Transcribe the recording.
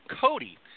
Cody